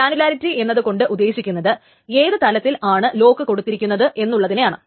granularity എന്നതുകൊണ്ട് ഉദ്ദേശിക്കുന്നത് ഏത് തലത്തിൽ ആണ് ലോക്ക് കൊടുത്തിരിക്കുന്നത് എന്നുള്ളതിനെയാണ്